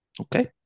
Okay